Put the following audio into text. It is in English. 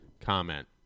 comment